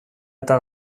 eta